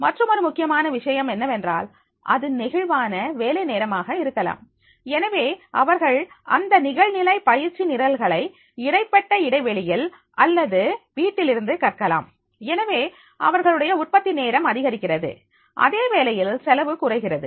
மற்றுமொரு முக்கியமான விஷயம் என்னவென்றால் அது நெகிழ்வான வேலை நேரமாக இருக்கலாம் எனவே அவர்கள் அந்த நிகழ்நிலை பயிற்சி நிரல்களை இடைப்பட்ட இடைவெளிகளில் அல்லது வீட்டிலிருந்து கற்கலாம் எனவே அவர்களுடைய உற்பத்தி நேரம் அதிகரிக்கிறது அதேவேளையில் செலவு குறைகிறது